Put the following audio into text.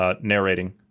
Narrating